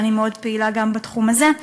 ואני מאוד פעילה גם בתחום הזה.